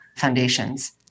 foundations